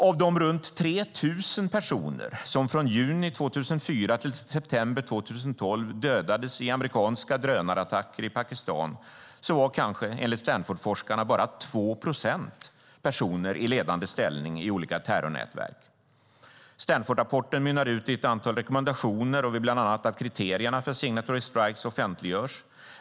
Av de runt 3 000 personer som från juni 2004 till september 2012 dödades i amerikanska drönarattacker i Pakistan var enligt Stanfordforskarna kanske bara 2 procent personer i ledande ställning i olika terrornätverk. Stanfordrapporten mynnar ut i ett antal rekommendationer och vill bland annat att kriterierna för signatory strikes offentliggörs.